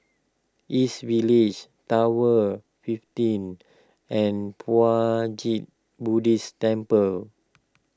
East Village Tower fifteen and Puat Jit Buddhist Temple